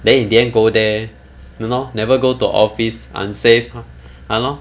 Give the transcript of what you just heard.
then in the end go there you know never go to office unsafe !huh! !hannor!